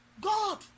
God